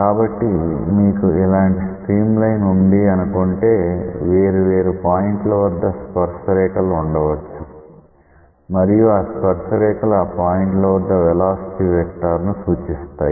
కాబట్టి మీకు ఇలాంటి స్ట్రీమ్ లైన్ ఉంది అనుకుంటే వేరు వేరు పాయింట్ల వద్ద స్పర్శ రేఖలు ఉండవచ్చు మరియు ఆ స్పర్శరేఖలు ఆ పాయింట్ల వద్ద వెలాసిటీ వెక్టార్ ను సూచిస్తాయి